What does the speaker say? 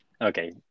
Okay